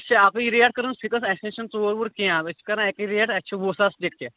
اَسہِ چھِ اَکٕے ریٚٹ کٕنان اَسہِ نِش چھَنہٕ ژوٗر وور کیٚنٛہہ حظ أسۍ چھِ کَران اَکٕے ریٚٹ اَسہِ چھِ وُہ ساس ٹِکٹہٕ